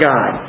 God